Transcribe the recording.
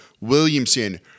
Williamson